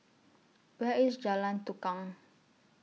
Where IS Jalan Tukang